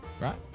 right